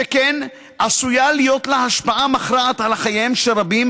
שכן עשויה להיות לה השפעה מכרעת על חייהם של רבים,